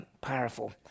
Powerful